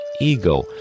ego